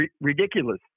Ridiculous